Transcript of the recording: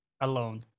Alone